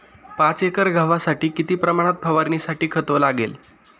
पाच एकर गव्हासाठी किती प्रमाणात फवारणीसाठी खत लागेल?